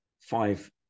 five